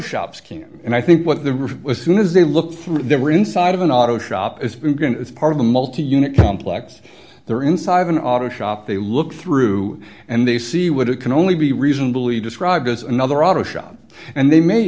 shops and i think what the real soon as they look through there were inside of an auto shop as part of the multi unit complex they're inside of an auto shop they look through and they see what it can only be reasonably described as another auto shop and they may